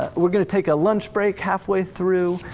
we're gonna take a lunch break halfway through.